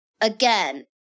again